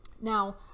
Now